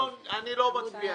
רק שתדעו דבר